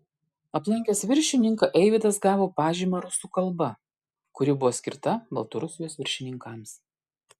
aplankęs viršininką eivydas gavo pažymą rusų kalba kuri buvo skirta baltarusijos viršininkams